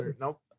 Nope